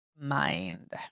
mind